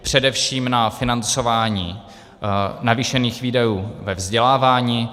Především na financování navýšených výdajů ve vzdělávání.